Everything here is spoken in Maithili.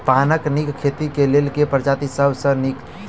पानक नीक खेती केँ लेल केँ प्रजाति सब सऽ नीक?